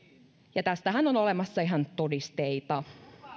ja tästähän on olemassa ihan todisteita